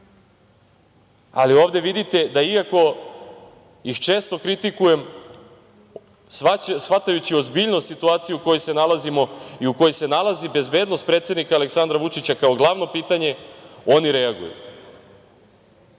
Ali, ovde vidite da iako ih često kritikujem, shvatajući ozbiljnost situacije u kojoj se nalazimo i u kojoj se nalazi bezbednost predsednika Aleksandra Vučića kao glavno pitanje, oni reaguju. Ja